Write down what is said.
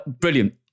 brilliant